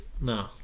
no